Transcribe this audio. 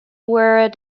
were